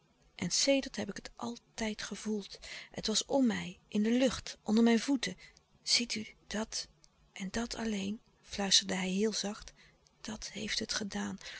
en sedert heb ik het altijd gevoeld het was om mij in de lucht onder mijn voeten ziet u dat en dat alleen fluisterde hij heel zacht dat heeft het gedaan